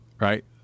Right